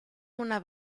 una